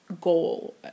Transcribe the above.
goal